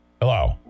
Hello